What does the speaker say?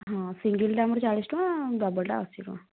ହଁ ସିଙ୍ଗଲଟା ଆମର ଚାଳିଶ ଟଙ୍କା ଡବଲଟା ଅଶୀଟଙ୍କା